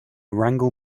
wrangle